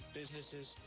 businesses